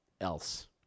else